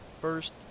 first